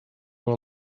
were